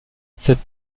cette